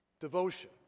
Devotion